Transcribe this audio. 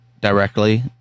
directly